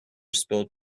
spilt